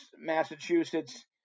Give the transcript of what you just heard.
Massachusetts